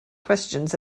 questions